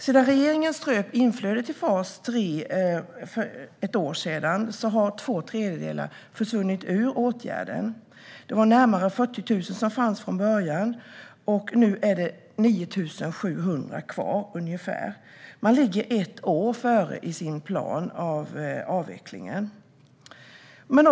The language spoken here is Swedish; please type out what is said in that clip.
Sedan regeringen för ett år sedan ströp inflödet till fas 3 har två tredjedelar försvunnit ur åtgärden. Det var närmare 40 000 som fanns där från början, och nu är det ungefär 9 700 kvar. Man ligger ett år före i sin plan för avvecklingen.